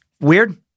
weird